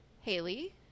Haley